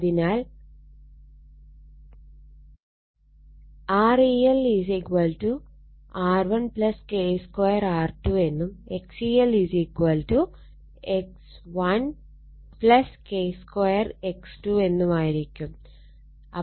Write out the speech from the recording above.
അതിനാൽ Re1 R1 K2 R2 എന്നും Xe1 X1 K2 X2 എന്നുമായിരിക്കും